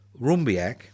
Rumbiak